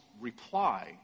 reply